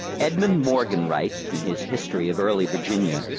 edmund morgan writes, in his history of early virginia,